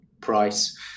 price